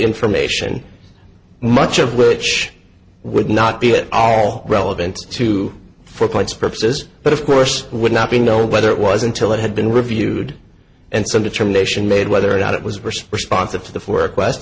information much of which would not be at all relevant to four points purposes but of course would not be know whether it was until it had been reviewed and some determination made whether or not it was responsive to the for